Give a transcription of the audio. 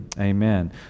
Amen